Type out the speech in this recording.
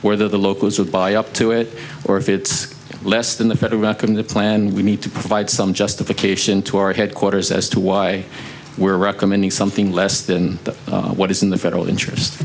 where the locals would buy up to it or if it's less than the record in the plan we need to provide some justification to our headquarters as to why we're recommending something less than what is in the federal interest